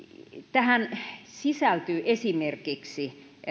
tähän sisältyy esimerkiksi